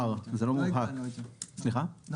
מבהיר שניתן יהיה לקבוע גם תקנות בהתאם